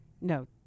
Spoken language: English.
no